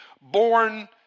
born